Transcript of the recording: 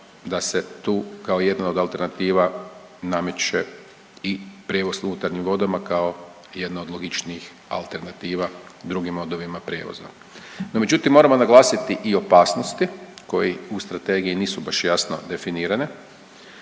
da se tu kao jedna od alternativa nameće i prijevoz u unutarnjim vodama kao jedna od logičnijih alternativa drugima …/Govornik se ne razumije./… No međutim, moramo naglasiti i opasnosti koji u strategiji nisu baš jasno definirane,